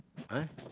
!huh!